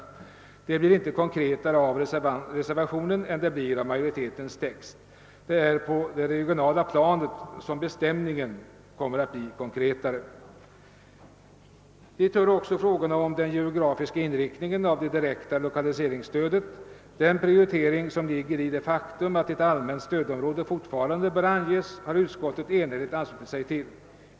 Det hela blir inte konkretare genom reservanternas än majoritetens text. Det är först på det regionala planet som bestämningen kan bli mer konkret. Hit hör också frågorna om den geografiska inriktningen av det direkta 1okaliseringsstödet. Den prioritering, som ligger i det faktum att ett allmänt stödområde fortfarande bör anges, har utskottet enhälligt anslutit sig till.